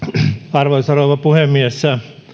arvoisa rouva puhemies